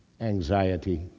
anxiety